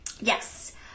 Yes